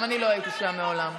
גם אני לא הייתי שם מעולם.